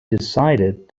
decided